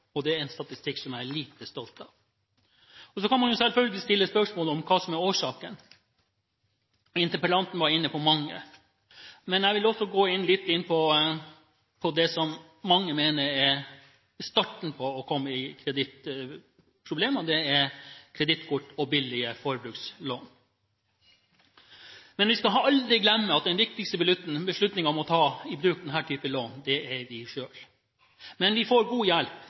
Det er en statistikk som jeg er lite stolt av. Man kan selvfølgelig stille spørsmål om hva som er årsaken. Interpellanten var inne på mange. Jeg vil også gå litt inn på det som mange mener er starten på å komme i kredittproblemer, nemlig kredittkort og billige forbrukslån. Vi skal aldri glemme at den viktigste beslutningen om å ta i bruk denne typen lån tar vi selv, men vi får god hjelp